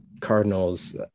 cardinals